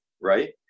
right